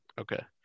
Okay